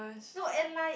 no and like